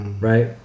Right